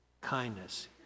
kindness